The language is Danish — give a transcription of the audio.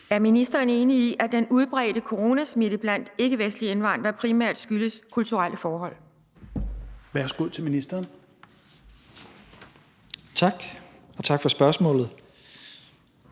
Er ministeren enig i, at den udbredte coronasmitte blandt ikkevestlige indvandrere primært skyldes kulturelle forhold? Tredje næstformand (Rasmus